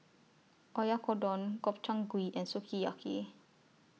Oyakodon Gobchang Gui and Sukiyaki